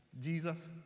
Jesus